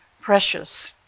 precious